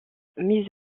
mises